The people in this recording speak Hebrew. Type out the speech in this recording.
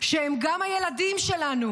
שהם גם הילדים שלנו,